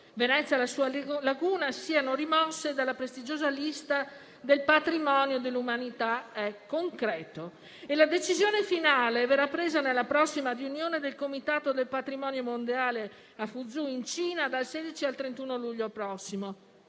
Venezia e la sua laguna siano rimossi dalla prestigiosa lista del Patrimonio dell'umanità è concreto. La decisione finale verrà presa nella prossima riunione del Comitato del Patrimonio mondiale a Fuzhou, in Cina, dal 16 al 31 luglio prossimi,